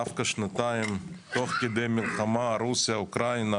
דווקא בשנתיים של מלחמת רוסיה-אוקראינה,